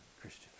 Christian